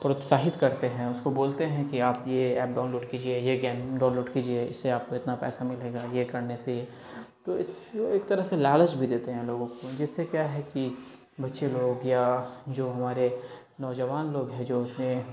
پروتساہت کرتے ہیں اس کو بولتے ہیں کہ آپ یہ ایپ ڈاؤن لوڈ کیجیے یہ گیم ڈاؤن لوڈ کیجیے اس سے آپ کو اتنا پیسہ ملے گا یہ کرنے سے تو اس ایک طرح سے لالچ بھی دیتے ہیں لوگوں کو جس سے کیا ہے کہ بچے لوگ یا جو ہمارے نوجوان لوگ ہیں جو اتنے